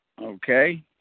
Okay